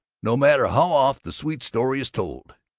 no matter how oft the sweet story is told!